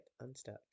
unstuck